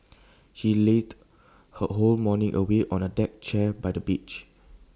she lazed her whole morning away on A deck chair by the beach